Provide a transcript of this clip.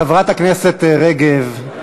חברת הכנסת רגב,